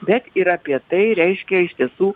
bet ir apie tai reiškia iš tiesų